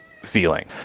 feeling